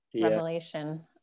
revelation